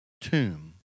tomb